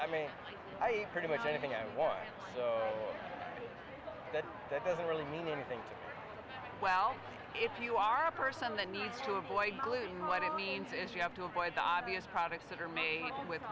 i mean i pretty much anything that doesn't really mean anything well if you are a person that needs to avoid gluten what it means is you have to avoid the obvious products that are made with